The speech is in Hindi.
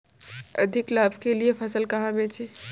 अधिक लाभ के लिए फसल कहाँ बेचें?